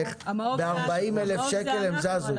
איך ב-40,000 שקל הם נעו.